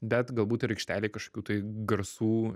bet galbūt ir aikštelėj kažkokių tai garsų